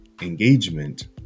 engagement